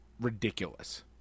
ridiculous